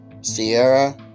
Sierra